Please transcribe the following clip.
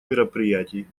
мероприятий